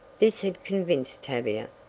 this had convinced tavia.